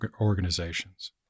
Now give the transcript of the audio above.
organizations